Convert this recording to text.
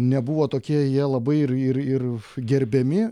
nebuvo tokie jie labai ir ir ir gerbiami